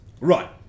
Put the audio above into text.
Right